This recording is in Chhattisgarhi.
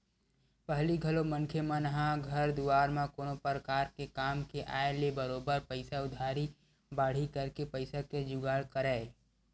पहिली घलो मनखे मन ह घर दुवार म कोनो परकार के काम के आय ले बरोबर पइसा उधारी बाड़ही करके पइसा के जुगाड़ करय